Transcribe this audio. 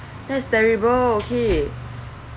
that is terrible okay